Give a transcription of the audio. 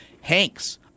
Hanks